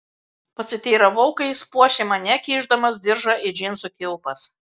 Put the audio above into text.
pasiteiravau kai jis puošė mane kišdamas diržą į džinsų kilpas